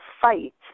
fight